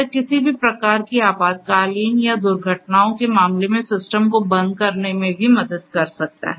यह किसी भी प्रकार की आपातकालीन या दुर्घटनाओं के मामले में सिस्टम को बंद करने में भी मदद कर सकता है